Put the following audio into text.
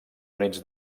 units